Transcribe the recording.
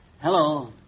Hello